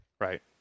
Right